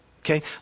Okay